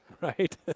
Right